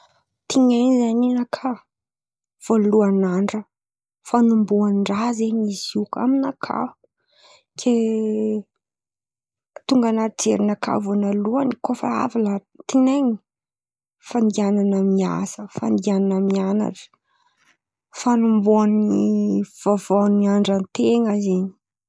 Tinain̈y zen̈y ninakà, vôalohan̈'andra, fan̈omboahandra zen̈y izy io amy nakà. Ke tonga an̈aty jerinakà vônaloan̈y kô fa avy tinain̈y, fandian̈ana miasa, fandian̈ana mian̈atra, fan̈omboana ny vaovao ny andra ten̈a zen̈y.